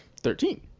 Thirteen